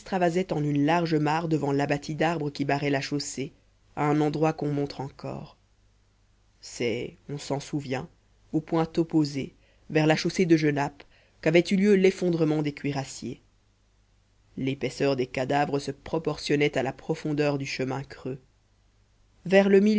en une large mare devant l'abatis d'arbres qui barrait la chaussée à un endroit qu'on montre encore c'est on s'en souvient au point opposé vers la chaussée de genappe qu'avait eu lieu l'effondrement des cuirassiers l'épaisseur des cadavres se proportionnait à la profondeur du chemin creux vers le